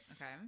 okay